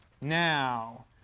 Now